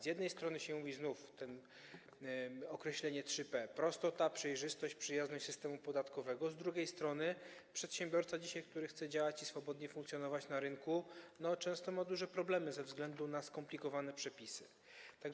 Z jednej strony się o tym mówi - znów to określenie 3P: prostota, przejrzystość, przyjazność systemu podatkowego - z drugiej strony dzisiaj przedsiębiorca, który chce działać i swobodnie funkcjonować na rynku, często ma duże problemy ze względu na skomplikowane przepisy.